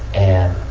and